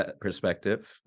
perspective